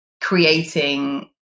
creating